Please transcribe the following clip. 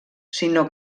sinó